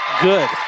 good